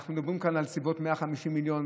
אנחנו מדברים כאן על סביבות 150 מיליון,